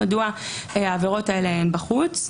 מדוע העבירות האלה הן בחוץ.